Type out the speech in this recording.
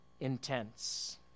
intense